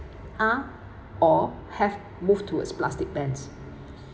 are or have move towards plastic bans